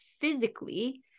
physically